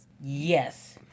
Yes